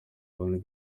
abantu